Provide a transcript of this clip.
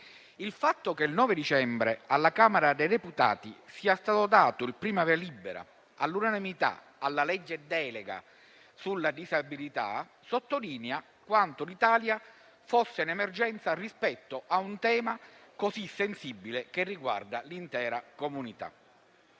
il fatto che il 9 dicembre alla Camera dei deputati sia stato dato il primo via libera, all'unanimità, alla legge delega sulla disabilità, sottolinea quanto l'Italia fosse in emergenza rispetto a un tema così sensibile, che riguarda l'intera comunità.